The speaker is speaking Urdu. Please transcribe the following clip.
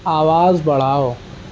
آواز بڑھاؤ